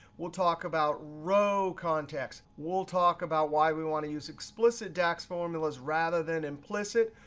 we'll talk about row contexts. we'll talk about why we want to use explicit dax formulas, rather than implicit.